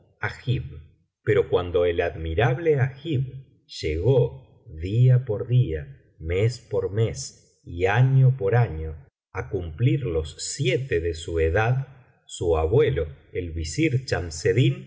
agib pero cuando el admirable agib llegó día por día mes por mes y año por año á cumplir los siete de su edad su abuelo el visir